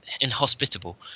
inhospitable